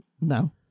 No